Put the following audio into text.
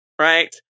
right